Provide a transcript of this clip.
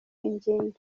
ingimbi